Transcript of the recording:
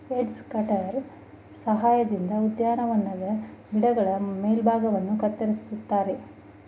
edge cutter ಸಹಾಯದಿಂದ ಉದ್ಯಾನವನದ ಗಿಡಗಳ ಮೇಲ್ಭಾಗವನ್ನು ಕತ್ತರಿಸುತ್ತಾರೆ